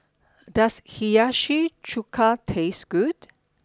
does Hiyashi Chuka taste good